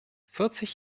vierzig